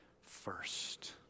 first